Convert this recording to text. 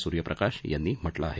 सूर्य प्रकाश यांनी म्हटलं आहे